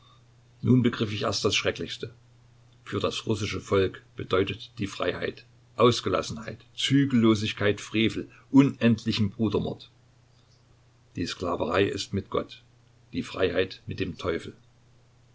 nun begriff ich erst das schrecklichste für das russische volk bedeutet die freiheit ausgelassenheit zügellosigkeit frevel unendlichen brudermord die sklaverei ist mit gott die freiheit mit dem teufel